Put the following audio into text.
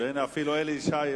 אדוני היושב-ראש,